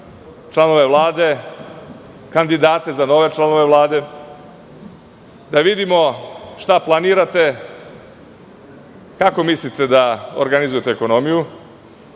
članove Vlade, kandidate za nove članove Vlade, da vidimo šta planirate, kako mislite da organizujete ekonomiju? Da